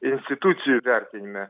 institucijų įvertinime